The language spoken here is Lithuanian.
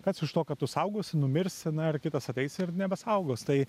kas iš to kad tu saugosi numirsi na ir kitas ateis ir nebesaugos tai